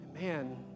Man